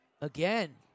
Again